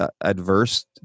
Adverse